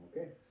okay